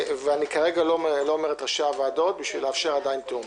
כרגע אני לא אומר את ראשי הוועדות בשביל לאפשר תיאום.